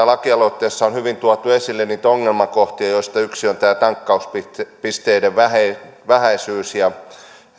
lakialoitteessa on hyvin tuotu esille niitä ongelmakohtia joista yksi on tämä tankkauspisteiden vähäisyys vähäisyys